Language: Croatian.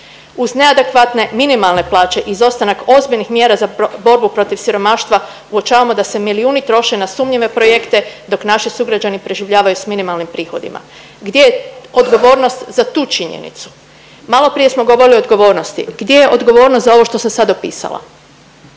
Uz neadekvatne minimalne plaće i izostanak ozbiljnih mjera za borbu protiv siromaštva uočavamo da se milijuni troše na sumnjive projekte dok naši sugrađani preživljavaju s minimalnim prihodima. Gdje je odgovornost za tu činjenicu? Maloprije smo govorili o odgovornost, gdje je odgovornost za ovo što sam sad opisala?